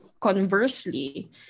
conversely